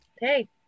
hey